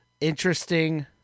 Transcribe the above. interesting